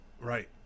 Right